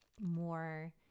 more